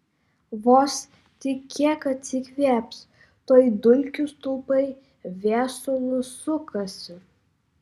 vos tik kiek atsikvėps tuoj dulkių stulpai viesulu sukasi